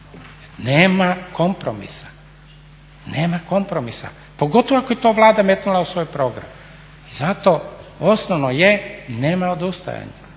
Nema kompromisa, pogotovo ako je to Vlada stavila u svoj program. I zato osnovno je nema odustajanja.